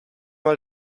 mal